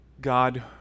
God